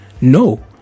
no